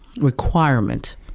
requirement